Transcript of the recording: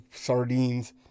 sardines